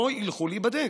לא ילכו להיבדק.